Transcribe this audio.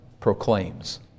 proclaims